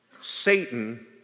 Satan